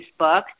Facebook